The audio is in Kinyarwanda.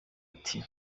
ati